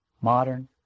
Modern